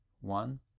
one